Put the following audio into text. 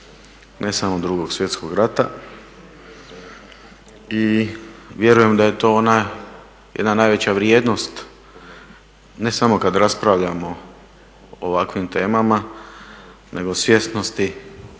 ne samo Drugog svjetskog rata i vjerujem da je to ona jedna najveća vrijednost ne samo kad raspravljamo o ovakvim temama, nego svjesnosti